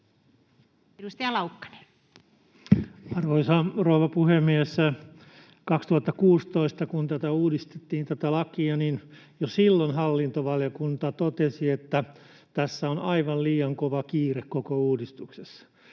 Edustaja Laukkanen. Arvoisa rouva puhemies! 2016 kun tätä lakia uudistettiin, jo silloin hallintovaliokunta totesi, että tässä koko uudistuksessa